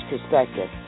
perspective